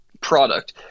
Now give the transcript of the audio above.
product